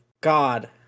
god